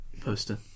Poster